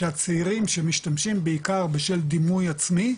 שהצעירים שמשתמשים בעיקר בשל דימוי עצמי,